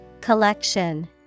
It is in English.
Collection